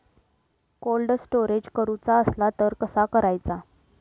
Cold storage करूचा असला तर कसा करायचा?